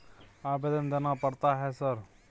आवेदन देना पड़ता है सर?